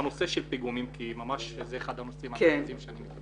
בנושא של פיגומים כי זה אחד הנושאים החשובים ביותר.